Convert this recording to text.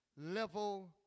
level